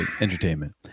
entertainment